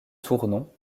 tournon